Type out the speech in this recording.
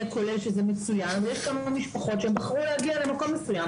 כולל שזה מצוין אלא יש משפחות שבחרו להגיע למקום מסוים